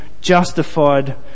justified